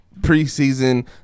preseason